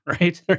right